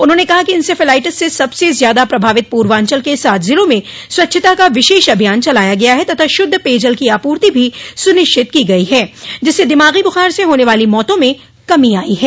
उन्होंने कहा कि इंसेफ्लाइटिस से सबसे ज्यादा प्रभावित पूर्वांचल के सात जिलों में स्वच्छता का विशेष अभियान चलाया गया है तथा शुद्ध पेयजल की आपूर्ति भी सुनिश्चित की गई है जिससे दिमागी बुखार से हाने वाली मौतों में कमी आयी है